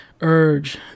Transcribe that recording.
urge